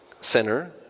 center